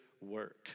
work